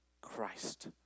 Christ